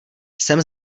jsem